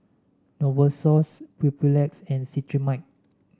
Novosource Papulex and Cetrimide